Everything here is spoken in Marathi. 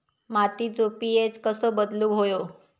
मातीचो पी.एच कसो बदलुक होयो?